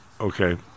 Okay